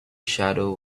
shadow